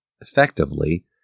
effectively